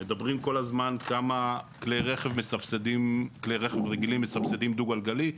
מדברים כל הזמן כמה כלי רכב רגילים מסבסדים דו גלגלי.